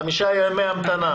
חמישה ימי המתנה.